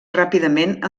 ràpidament